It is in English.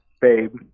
babe